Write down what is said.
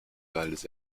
waldes